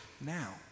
now